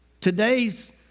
Today's